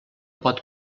pot